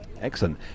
Excellent